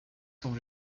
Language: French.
sont